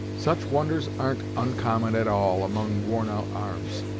such wonders ar'n't oncommon, at all, among worn out arms.